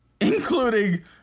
including